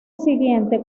siguiente